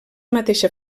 mateixa